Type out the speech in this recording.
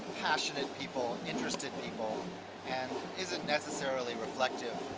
passionate people, interested people and isn't necessarily reflective